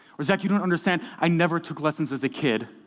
or zach, you don't understand. i never took lessons as a kid,